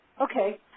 Okay